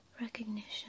recognition